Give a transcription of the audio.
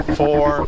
four